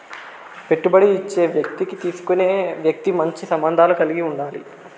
పెట్టుబడి ఇచ్చే వ్యక్తికి తీసుకునే వ్యక్తి మంచి సంబంధాలు కలిగి ఉండాలి